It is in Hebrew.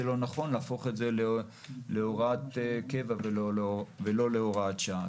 לא נכון להפוך את זה להוראת קבע ולא להוראת שעה.